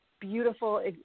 beautiful